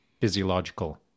physiological